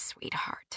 sweetheart